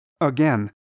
Again